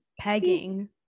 pegging